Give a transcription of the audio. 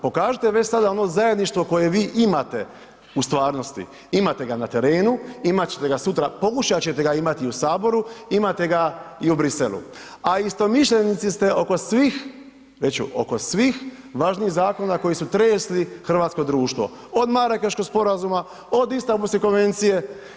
Pokažite već sada ono zajedništvo koje vi imate u stvarnosti, imate ga na terenu, imat ćete ga sutra, pokušat ćete ga imati i u saboru, imate ga i u Bruxellesu, a istomišljenici ste oko svih, reć ću oko svih važnijih zakona koji su tresli hrvatsko društvo, od Marakeškog sporazuma, od Istanbulske konvencije.